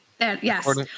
Yes